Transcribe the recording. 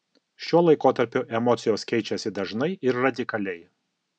šiuo laikotarpiu emocijos keičiasi dažnai ir radikaliai